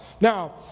Now